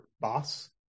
Boss